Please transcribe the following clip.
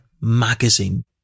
magazine